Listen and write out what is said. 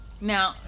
now